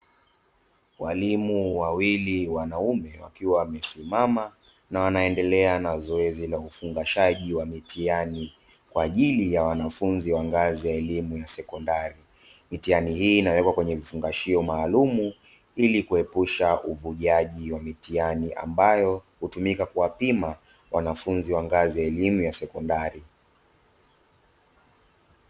Walimu wawili wanaume, wakiwa wamesimama na wanaendelea na zoezi la ufungashaji wa mitihani, kwa ajili ya wanafunzi wa ngazi ya elimu ya sekondari. Mitihani hii inawekwa kwenye vifungashio maalumu, ili kuepusha uvujaji wa mitihani ambayo hutumika kuwapima wanafunzi wa ngazi ya elimu ya sekondari.